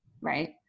right